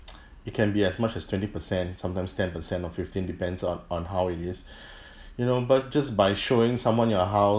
it can be as much as twenty per cent sometimes ten percent or fifteen depends on on how it is you know but just by showing someone your house